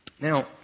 Now